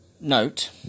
note